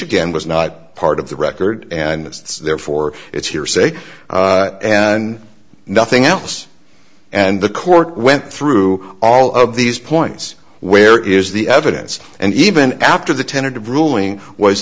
again was not part of the record and therefore it's hearsay and nothing else and the court went through all of these points where is the evidence and even after the tentative ruling was